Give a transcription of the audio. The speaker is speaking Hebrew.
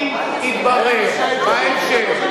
אבל אם יתברר בהמשך,